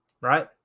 right